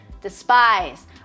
Despise